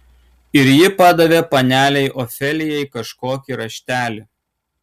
ir ji padavė panelei ofelijai kažkokį raštelį